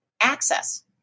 access